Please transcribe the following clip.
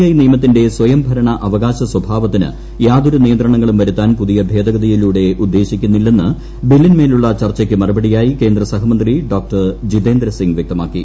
I നിയമത്തിന്റെ സ്വയം ഭരണ അവകാശ സ്വഭാവത്തിന് യാതൊരു നിയന്ത്രണങ്ങളും വരുത്താൻ പുതിയ ഭേദഗതിയിലൂടെ ഉദ്ദേശിക്കുന്നില്ലെന്ന് ബില്ലിന്മേലുളള ചർച്ചയ്ക്ക് മറുപടിയായി കേന്ദ്ര സഹമന്ത്രി ഡോ ജിതേന്ദ്ര സിംഗ് വ്യക്തമാക്കി